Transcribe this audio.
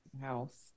house